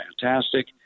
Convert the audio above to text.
fantastic